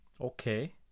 Okay